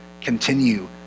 Continue